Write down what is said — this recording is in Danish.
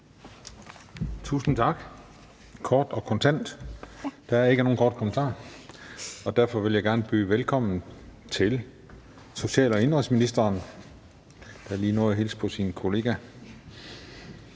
Tusind tak. Det var kort og kontant. Der er ikke nogen korte bemærkninger, og derfor vil jeg gerne byde velkommen til social- og indenrigsministeren, der lige nåede at hilse på sin kollega.